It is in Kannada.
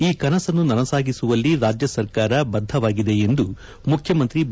ಈ ಕನಸನ್ನು ನನಸಾಗಿಸುವಲ್ಲಿ ರಾಜ್ಯ ಸರ್ಕಾರ ಬದ್ದವಾಗಿದೆ ಎಂದು ಮುಖ್ಯಮಂತ್ರಿ ಬಿ